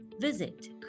Visit